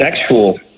sexual